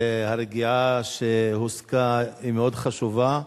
והרגיעה שהושגה היא מאוד חשובה.